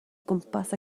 gwmpas